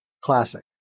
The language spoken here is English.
Classic